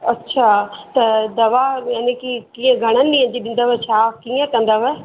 अच्छा त दवा यानि की कीअं घणनि ॾीहंनि जी ॾींदव छा कीअं कंदव